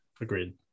agreed